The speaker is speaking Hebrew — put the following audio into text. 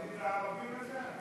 הרשימה המשותפת להביע